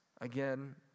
Again